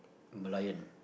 um Merlion